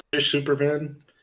Superman